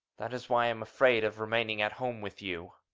that is why i'm afraid of remaining at home with you.